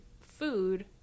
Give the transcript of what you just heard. food